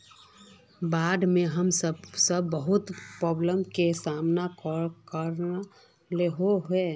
बाढ में हम सब बहुत प्रॉब्लम के सामना करे ले होय है?